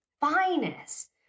finest